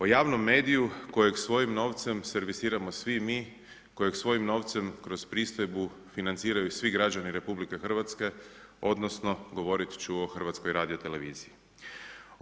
O javnom mediju kojeg svojim novcem servisiramo svi mi, kojeg svojim novcem kroz pristojbu financiraju svi građani RH, odnosno govorit ću o HRT-u.